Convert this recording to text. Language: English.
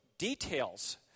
details